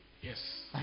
Yes